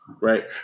right